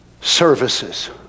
services